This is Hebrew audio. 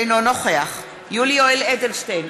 אינו נוכח יולי יואל אדלשטיין,